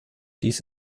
dies